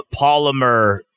polymer